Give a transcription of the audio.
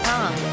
Tom